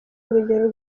urugero